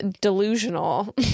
delusional